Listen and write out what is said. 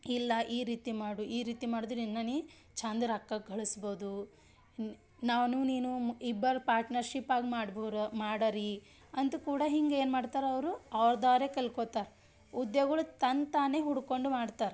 ಇಲ್ಲ ಈ ರೀತಿ ಮಾಡು ಈ ರೀತಿ ಮಾಡುದರಿಂದ ನೀ ಚಂದ ರೊಕ್ಕ ಗಳಿಸ್ಬೋದು ಇನ್ನು ನಾನು ನೀನು ಇಬ್ಬರು ಪಾರ್ಟ್ನರ್ಶಿಪ್ ಆಗಿ ಮಾಡ್ಬೋರ ಮಾಡಿರಿ ಅಂತ ಕೂಡ ಹಿಂಗೆ ಏನು ಮಾಡ್ತಾರೆ ಅವರು ಅವ್ರದೋರೆ ಕಲ್ಕೊತಾರೆ ಉದ್ಯೋಗಗಳು ತಂತಾನೆ ಹುಡ್ಕೊಂಡು ಮಾಡ್ತಾರೆ